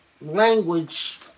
language